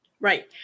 Right